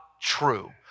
true